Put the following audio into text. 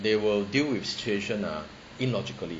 they will deal with situation ah illogically